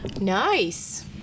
Nice